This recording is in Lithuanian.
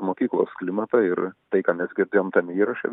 mokyklos klimatą ir tai ką mes girdėjom tam įraše